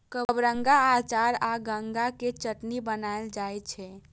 कबरंगा के अचार आ गंगा के चटनी बनाएल जाइ छै